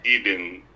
Eden